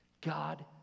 God